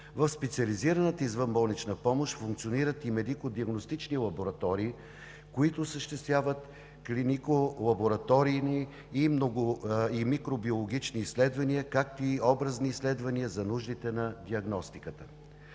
В специализираната извънболнична помощ функционират и медико-диагностични лаборатории, които осъществяват клинико-лабораторни и микробиологични изследвания, както и образни изследвания за нуждите на диагностиката.